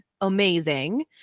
amazing